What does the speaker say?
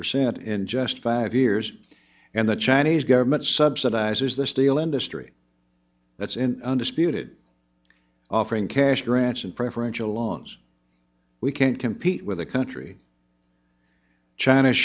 percent in just five years and the chinese government subsidizes the steel industry that's in undisputed offering cash grants and preferential longs we can't compete with a country china